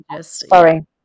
Sorry